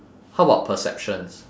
how about perceptions